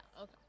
okay